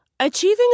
Achieving